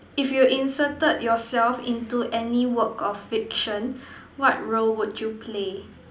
if you inserted yourself into any work of fiction what role would you play